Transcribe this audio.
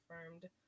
confirmed